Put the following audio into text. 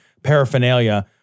paraphernalia